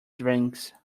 drinks